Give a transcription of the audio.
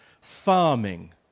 farming